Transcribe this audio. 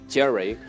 Jerry